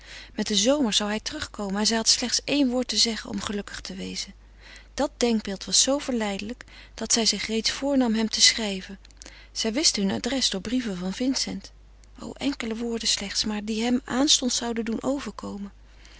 met den zomer zou hij terugkomen en zij had slechts éen woord te zeggen om gelukkig te wezen dat denkbeeld was zoo verleidelijk dat zij zich reeds voornam hem te schrijven zij wist hun adres door brieven van vincent o enkele woorden slechts maar die hem aanstonds zouden doen overkomen